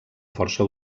força